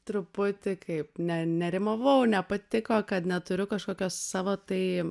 truputį kaip ne nerimavau nepatiko kad neturiu kažkokio savo tai